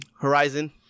Horizon